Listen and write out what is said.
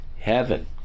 heaven